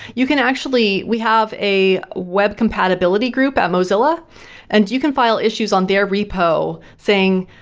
you can actually we have a web compatibility group at mozilla and you can file issues on their repo saying,